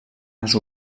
les